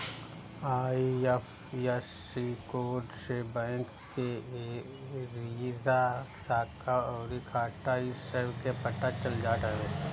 IFSC code से bank के area, शाखा अउरी खाता इ सब के पता चल जात हवे